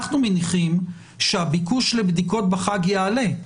אנחנו מניחים שהביקוש לבדיקות בחג יעלה,